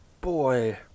boy